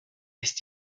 ist